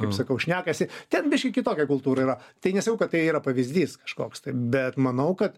kaip sakau šnekasi ten biškį kitokia kultūra yra tai nesakau kad tai yra pavyzdys kažkoks bet manau kad